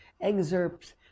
excerpts